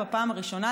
בפעם הראשונה,